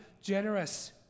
generous